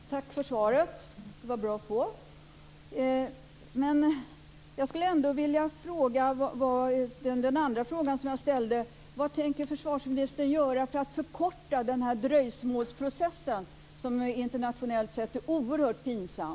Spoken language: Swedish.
Herr talman! Jag vill tacka för svaret. Det var bra att få. Men jag skulle ändå vilja höra om den andra frågan jag ställde. Vad tänker försvarsministern göra för att förkorta den här dröjsmålsprocessen, som ju internationellt sett är oerhört pinsam?